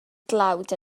dlawd